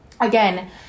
Again